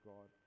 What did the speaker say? God